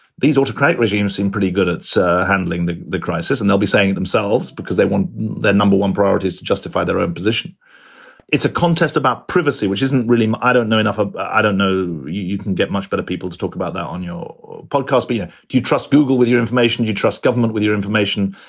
these autocratic regimes seem pretty good at so handling the the crisis. and they'll be saying themselves because they want their number one priority is to justify their own position it's a contest about privacy, which isn't really. i don't know enough. ah i don't know. you can get much better people to talk about that on your podcast. do yeah you trust google with your information? you trust government with your information?